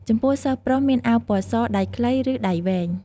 ចំពោះសិស្សប្រុស មានអាវពណ៌ស ដៃខ្លី ឬដៃវែង ។